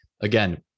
again